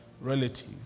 relative